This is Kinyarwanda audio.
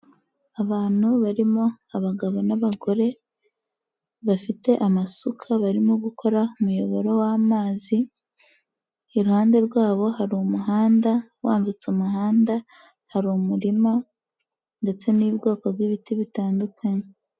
Abantu barimo abagabo n'abagore, bafite amasuka barimo gukora umuyoboro w'amazi, iruhande rwabo hari umuhanda, wambutse umuhanda hari umurima ndetse n'ubwoko bw'ibiti bitandukanye.